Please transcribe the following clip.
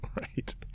Right